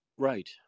right